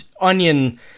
Onion